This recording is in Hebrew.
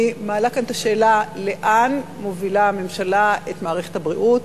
אני מעלה כאן את השאלה: לאן מובילה הממשלה את מערכת הבריאות